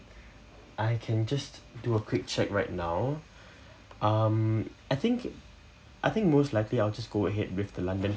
I can just do a quick check right now um I think I think most likely I'll just go ahead with the london